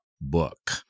book